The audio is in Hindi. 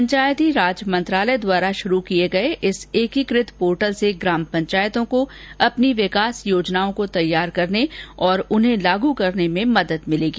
पंचायती राज मंत्रालय द्वारा शुरू किए गए इस एकीकृत पोर्टल से ग्राम पंचायतों को अपनी विकास योजनाओं को तैयार करने और इसके क्रियान्वयन में मदद मिलेगी